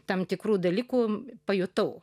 tam tikrų dalykų pajutau